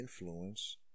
influence